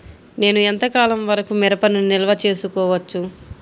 నేను ఎంత కాలం వరకు మిరపను నిల్వ చేసుకోవచ్చు?